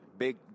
Big